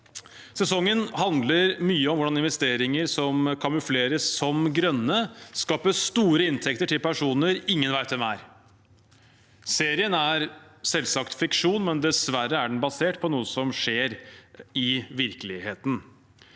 Sesongen handler mye om hvordan investeringer som kamufleres som grønne, skaper store inntekter til personer ingen vet hvem er. Serien er selvsagt fiksjon, men dessverre er den basert på noe som skjer i virkeligheten.